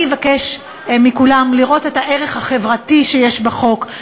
אני אבקש מכולם לראות את הערך החברתי של החוק,